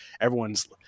Everyone's